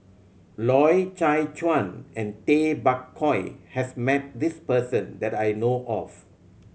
Loy Chye Chuan and Tay Bak Koi has met this person that I know of